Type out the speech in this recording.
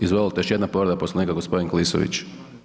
Izvolite, još jedna povreda Poslovnika gospodin Klisović.